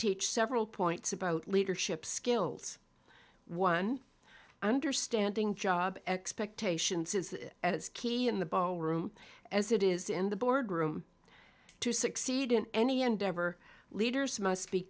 teach several points about leadership skills one understanding job expectations is as key in the ball room as it is in the boardroom to succeed in any endeavor leaders must